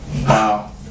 Wow